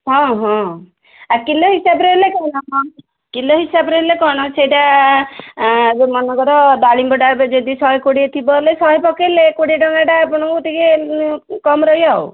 ହଁ ହଁ ଆଉ କିଲୋ ହିସାବରେ ହେଲେ କିଲୋ ହିସାବରେ ହେଲେ କ'ଣ ସେଇଟା ଯେଉଁ ମନେକର ଡାଳିମ୍ବଟା ଏବେ ଯଦି ଶହେ କୋଡ଼ିଏ ଥିବ ହେଲେ ଶହେ ପକାଇଲେ କୋଡ଼ିଏ ଟଙ୍କାଟା ଆପଣଙ୍କୁ ଟିକେ କମ୍ ରହିବ ଆଉ